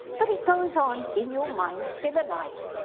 but it goes on in your mind, still alive,